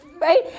right